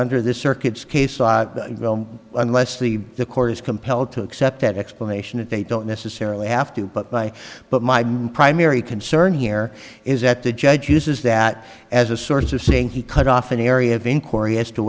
case unless the the court is compelled to accept that explanation and they don't necessarily have to put by but my primary concern here is that the judge uses that as a source of saying he cut off an area of inquiry as to